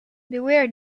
beware